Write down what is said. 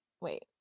wait